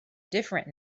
different